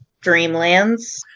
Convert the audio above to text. Dreamlands